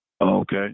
Okay